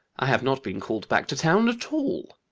i have not been called back to town at all.